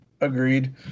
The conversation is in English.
agreed